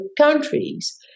countries